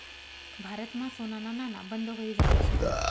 भारतमा सोनाना नाणा बंद व्हयी जायेल शेतंस